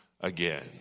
again